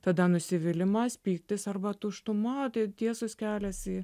tada nusivylimas pyktis arba tuštuma tai tiesus kelias į